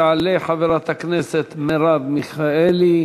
תעלה חברת הכנסת מרב מיכאלי,